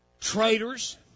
Traitors